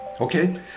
okay